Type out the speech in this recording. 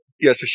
yes